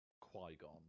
Qui-Gon